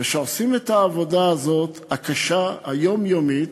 ושעושים את העבודה הזאת, הקשה, היומיומית,